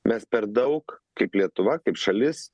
mes per daug kaip lietuva kaip šalis